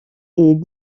est